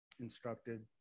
instructed